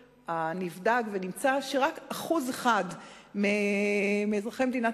נבדק ונמצא שבסך הכול רק 1% מאזרחי מדינת